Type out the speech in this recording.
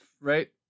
right